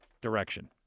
direction